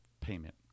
payment